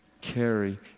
carry